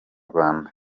rwanda